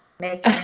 make